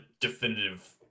definitive